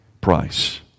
price